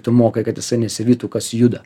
tu mokai kad jisai nesivytų kas juda